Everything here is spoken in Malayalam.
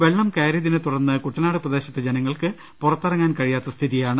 വെളളം കയറിയ തിനെ തുടർന്ന് കുട്ടനാട് പ്രദേശത്തെ ജനങ്ങൾക്ക് പുറത്തിറങ്ങാൻ കഴിയാത്ത സ്ഥിതിയാണ്